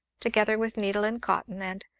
together with needle and cotton, and,